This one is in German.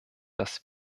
dass